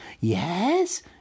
yes